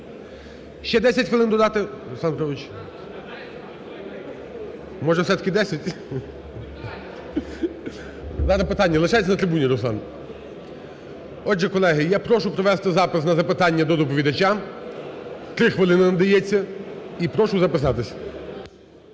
Ще 10 хвилин додати, Руслан Петрович? Може, все-таки 10? Питання, лишайтесь на трибуні, Руслан. Отже, колеги, я прошу провести запис на запитання до доповідача. 3 хвилини надається. І прошу записатись.